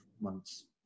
months